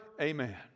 Amen